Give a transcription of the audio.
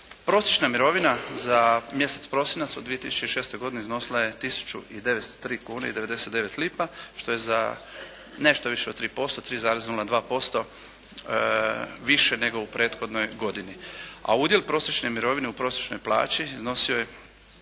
Prosječna mirovina za mjesec prosinac u 2006. godini iznosila je tisuću i 903 kune i 99 lipa što je za nešto više od 3%, 3,02 % više nego u prethodnoj godini. A udjel prosječne mirovine u prosječnoj plaći iznosio je